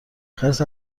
خرس